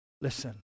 Listen